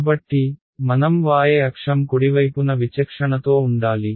కాబట్టి మనం y అక్షం కుడివైపున విచక్షణతో ఉండాలి